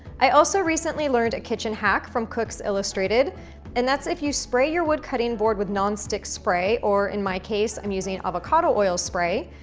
i also recently learned a kitchen hack from cooks illustrated and that's if you spray your wood cutting board with non-stick spray or in my case, i'm using avocado oil spray,